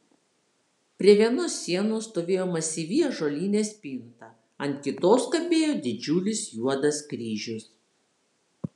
prie vienos sienos stovėjo masyvi ąžuolinė spinta ant kitos kabėjo didžiulis juodas kryžius